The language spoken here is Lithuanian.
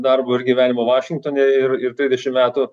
darbo ir gyvenimo vašingtone ir ir trisdešim metų